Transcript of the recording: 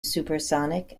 supersonic